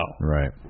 Right